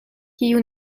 kiu